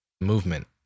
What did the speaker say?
movement